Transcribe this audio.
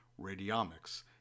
radiomics